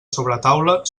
sobretaula